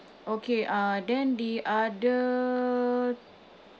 okay uh then the other